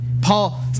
Paul